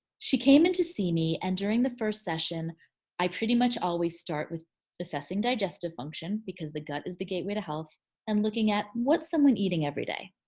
she came in to see me and during the first session i pretty much always start with assessing digestive function because the gut is the gateway to health and looking at what someone eating every day.